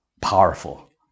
powerful